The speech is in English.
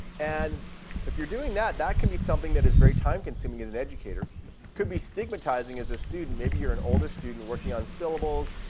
and if you're doing that, that can be something that is very time consuming as an educator. it could be stigmatizing as a student. maybe you're an older student working on syllables.